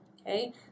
okay